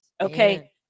Okay